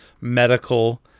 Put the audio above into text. medical